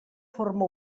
forma